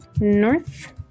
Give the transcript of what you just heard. North